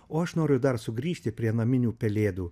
o aš noriu dar sugrįžti prie naminių pelėdų